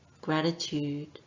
gratitude